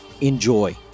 Enjoy